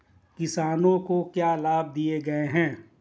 किसानों को क्या लाभ दिए गए हैं?